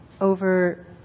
over